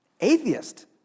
atheist